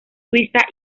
suiza